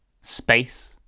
space